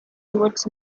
towards